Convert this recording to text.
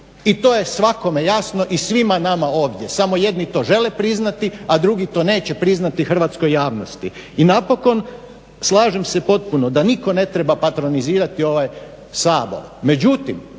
I to je svakome jasno i svima nama ovdje samo jedni to žele priznati, a drugi to neće priznati hrvatskoj javnosti. I napokon slažem se potpuno da nitko ne treba patronizirati ovaj Sabor.